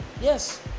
yes